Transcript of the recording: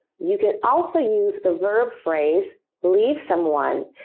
you can also use the verb phrase leave someone.